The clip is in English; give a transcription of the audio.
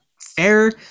fair